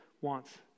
wants